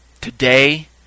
Today